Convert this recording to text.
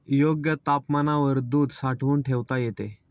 योग्य तापमानावर दूध साठवून ठेवता येते